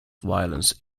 violence